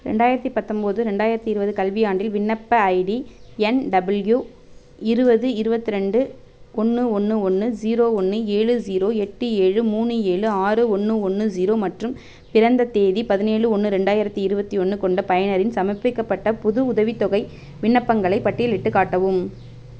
ரெண்டாயிரத்து பத்தொன்பது ரெண்டாயிரத்து இருபது கல்வியாண்டில் விண்ணப்ப ஐடி எண் டபிள்யூ இருபது இருபத்ரெண்டு ஒன்று ஒன்று ஒன்று ஜீரோ ஒன்று ஏழு ஜீரோ எட்டு ஏழு மூணு ஏழு ஆறு ஒன்று ஒன்று ஜீரோ மற்றும் பிறந்த தேதி பதினேழு ஒன்று ரெண்டாயிரத்து இருபத்தி ஒன்று கொண்ட பயனரின் சமர்ப்பிக்கப்பட்ட புது உதவித்தொகை விண்ணப்பங்களைப் பட்டியலிட்டுக் காட்டவும்